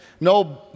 No